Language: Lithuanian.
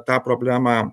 tą problemą